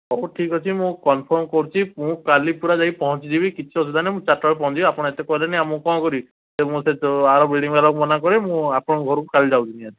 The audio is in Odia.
ସବୁ ଠିକ୍ ଅଛି ମୁଁ କନଫର୍ମ୍ କରୁଛି ମୁଁ କାଲି ପୁରା ଯାଇ ପହଞ୍ଚିଯିବି କିଛି ଅସୁବିଧା ନାହିଁ ମୁଁ ଚାରିଟା ବେଳେ ପହଞ୍ଚିଯିବି ଆପଣ ଏତେ କହିଲେଣି ଆଉ ମୁଁ କ'ଣ କରିବି ମୋତେ ତ ଆର ବିଲ୍ଡିଂ ବାଲା ମନା କଲେ ମୁଁ ଆପଣଙ୍କ ଘରକୁ କାଲି ଯାଉଛି ନିହାତି